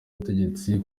ubutegetsi